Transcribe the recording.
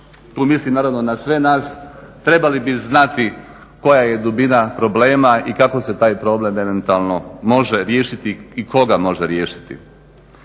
tu mislim naravno na sve nas, trebali bi znati koja je dubina problema i kako se taj problem eventualno može riješiti i tko ga može riješiti.